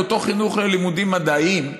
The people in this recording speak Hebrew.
באותו חינוך ללימודים מדעיים,